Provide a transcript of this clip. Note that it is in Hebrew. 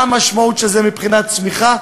מה המשמעות של זה מבחינת צמיחה,